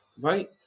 right